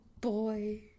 boy